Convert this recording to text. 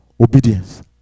obedience